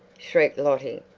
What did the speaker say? shrieked lottie.